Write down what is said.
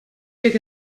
took